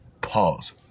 Pause